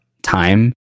time